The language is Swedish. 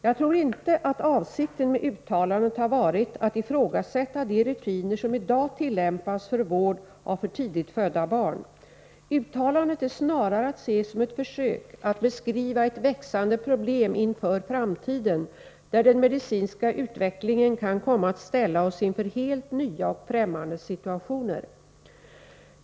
Jag tror inte att avsikten med uttalandet har varit att ifrågasätta de rutiner som i dag tillämpas för vård av för tidigt födda barn. Uttalandet är snarare att se som ett försök att beskriva ett växande problem inför framtiden, där den medicinska utvecklingen kan komma att ställa oss inför helt nya och främmande situationer.